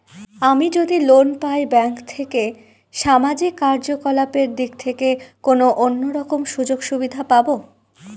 আমি যদি লোন পাই ব্যাংক থেকে সামাজিক কার্যকলাপ দিক থেকে কোনো অন্য রকম সুযোগ সুবিধা পাবো?